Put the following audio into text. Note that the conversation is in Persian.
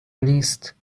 نیست